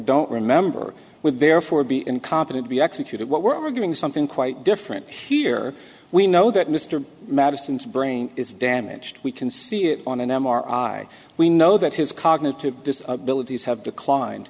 don't remember with therefore be incompetent to be executed what we're doing something quite different here we know that mr madison's brain is damaged we can see it on an m r i we know that his cognitive disabilities have declined